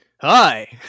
Hi